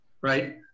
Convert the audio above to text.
right